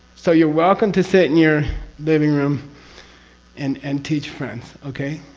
so, you're welcome to sit in your living room and, and teach friends, okay?